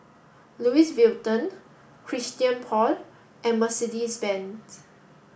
Louis Vuitton Christian Paul and Mercedes Benz